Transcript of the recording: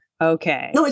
Okay